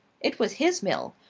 it was his mill,